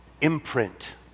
imprint